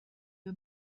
بیا